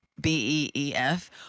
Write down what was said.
B-E-E-F